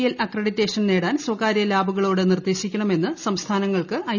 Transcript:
L accreditation നേടാൻ സ്വകാര്യ ലാബുകളോട് നിർദ്ദേശിക്കണമെന്ന് സംസ്ഥാനങ്ങൾക്ക് ഐ